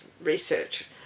research